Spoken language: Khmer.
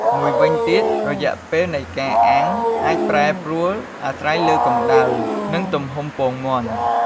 មួយវិញទៀត រយៈពេលនៃការអាំងអាចប្រែប្រួលអាស្រ័យលើកម្តៅ និងទំហំពងមាន់។